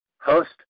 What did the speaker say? host